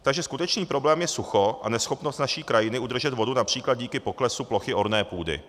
Takže skutečný problém je sucho a neschopnost naší krajiny udržet vodu například díky poklesu plochy orné půdy.